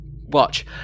Watch